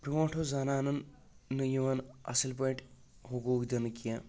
بروٗنٛٹھ اوس زَنانن نہٕ یِوان اَصل پأٹھۍ حقوٗق دِنہٕ کیٚنٛہہ